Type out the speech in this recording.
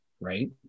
right